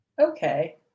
Okay